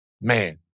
man